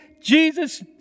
Jesus